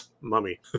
Mummy